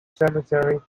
cemetery